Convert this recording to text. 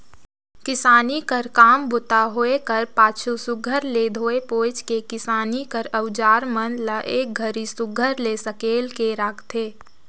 किसानी कर काम बूता होए कर पाछू सुग्घर ले धोए पोएछ के किसानी कर अउजार मन ल एक घरी सुघर ले सकेल के राखथे